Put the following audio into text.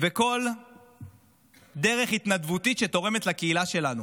וכל דרך התנדבותית שתורמת לקהילה שלנו.